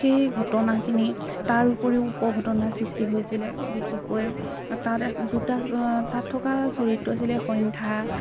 সেই ঘটনাখিনি তাৰ উপৰিও উপঘটনা সৃষ্টি হৈছিলে বিশেষকৈ তাত দুটা তাত থকা চৰিত্ৰ আছিলে সন্ধ্যা